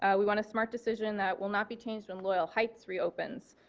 we want a smart decision that will not be changed when loyal heights reopens.